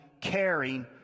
caring